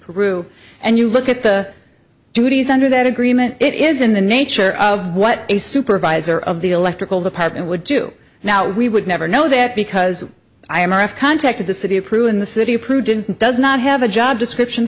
peru and you look at the duties under that agreement it is in the nature of what a supervisor of the electrical department would do now we would never know that because i am i have contacted the city of crew in the city prudence does not have a job description